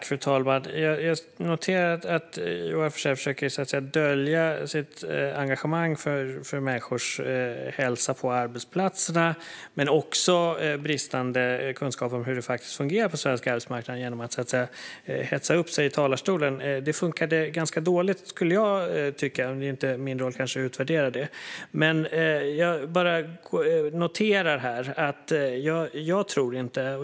Fru talman! Jag noterar att Joar Forssell försöker dölja sitt bristande engagemang för människors hälsa på arbetsplatserna men också bristande kunskaper om hur det faktiskt fungerar på den svenska arbetsmarknaden genom att hetsa upp sig i talarstolen. Det funkade ganska dåligt tycker jag. Nu är det kanske inte min roll att utvärdera det.